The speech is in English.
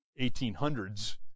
1800s